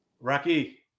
Rocky